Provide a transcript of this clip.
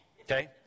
Okay